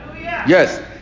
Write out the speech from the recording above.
Yes